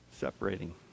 separating